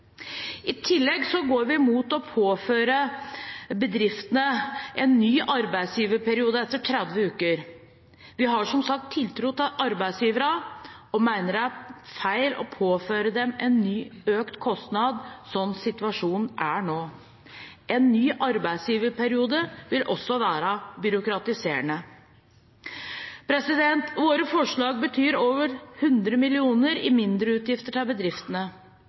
I tillegg går vi imot å påføre bedriftene en ny arbeidsgiverperiode etter 30 uker. Vi har som sagt tiltro til arbeidsgiverne og mener det er feil å påføre dem en ny, økt kostnad, sånn som situasjonen er nå. En ny arbeidsgiverperiode vil også være byråkratiserende. Våre forslag betyr over 100 mill. kr i mindre utgifter til bedriftene